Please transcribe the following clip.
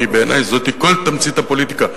כי בעיני זוהי כל תמצית הפוליטיקה.